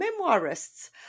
memoirists